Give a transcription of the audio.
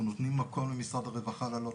ואנחנו נותנים מקום למשרד הרווחה לעלות,